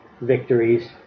victories